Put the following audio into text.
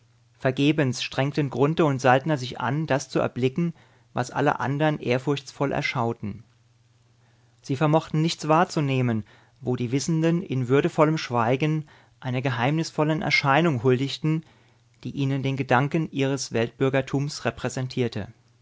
vergebens strengten grunthe und saltner sich an das zu erblicken was alle andern ehrfurchtsvoll erschauten sie vermochten nichts wahrzunehmen wo die wissenden in würdevollem schweigen einer geheimnisvollen erscheinung huldigten die ihnen den gedanken ihres weltbürgertums repräsentierte